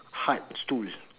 hard stools